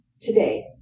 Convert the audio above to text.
today